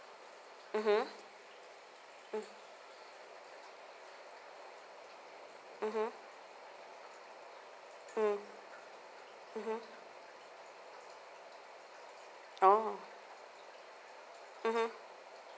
mmhmm mm mmhmm mm mmhmm orh mmhmm